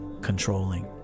controlling